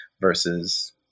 versus